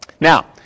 Now